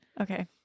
Okay